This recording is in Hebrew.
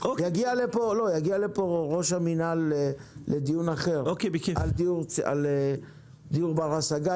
יגיע לכאן ראש המינהל לדיון אחר על דיור בר-השגה.